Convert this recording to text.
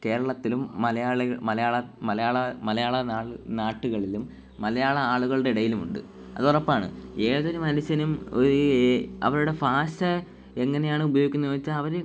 കേരളത്തിലും മലയാളി മലയാള മലയാള മലയാള നാടുകളിലും മലയാള ആളുകളുടെ ഇടയിലും ഉണ്ട് അതുറപ്പാണ് ഏതൊരു മനുഷ്യനും ഒരു അവരുടെ ഭാഷ എങ്ങനെയാണ് ഉപയോഗിക്കുന്നത് വെച്ചാൽ അവർ